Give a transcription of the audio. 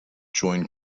join